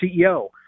CEO